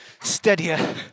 steadier